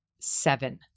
seven